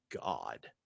god